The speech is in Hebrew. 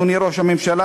אדוני ראש הממשלה,